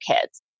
kids